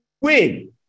win